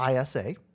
ISA